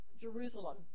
Jerusalem